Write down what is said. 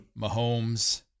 Mahomes